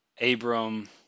Abram